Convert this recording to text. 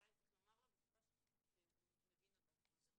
עדיין צריך לומר לו בשפה שהוא מבין אותה.